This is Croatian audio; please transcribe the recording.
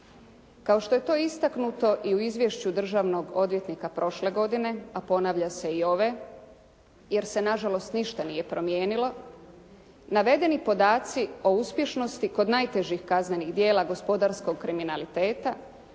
Kao što je to istaknuto i u izvješću državnog odvjetnika prošle godine, a ponavlja se i ove, jer se na žalost ništa nije promijenili, navedeni podaci o uspješnosti kod najvećih kaznenih djela gospodarskog kriminaliteta